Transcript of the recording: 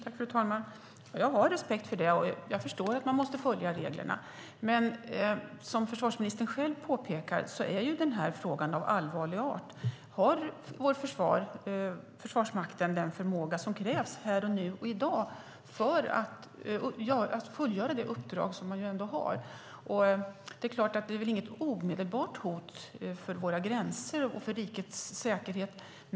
Fru talman! Jag har respekt för det, och jag förstår att man måste följa reglerna. Men som försvarsministern själv påpekar är frågan av allvarlig art. Har Försvarsmakten den förmåga som krävs här och nu, i dag, för att fullgöra det uppdrag som man ändå har? Det finns väl inget omedelbart hot för våra gränser och för rikets säkerhet.